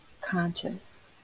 conscious